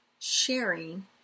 sharing